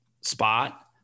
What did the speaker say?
spot